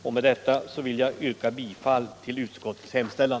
Med detta vill jag yrka bifall till utskottets hemställan.